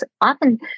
often